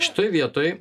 šitoj vietoj